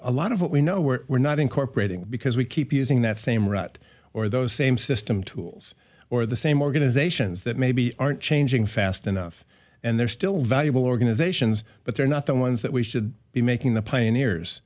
a lot of what we know we're not incorporating because we keep using that same rat or those same system tools or the same organizations that maybe aren't changing fast enough and they're still valuable organizations but they're not the ones that we should be making the pioneers